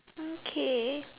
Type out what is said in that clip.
okay